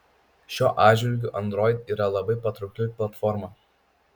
šiuo atžvilgiu android yra labai patraukli platforma